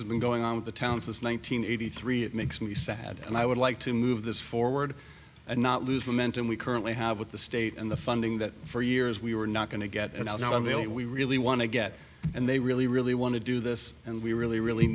has been going on with the town since one nine hundred eighty three it makes me sad and i would like to move this forward and not lose momentum we currently have with the state and the funding that for years we were not going to get out of it we really want to get and they really really want to do this and we really really